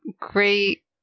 great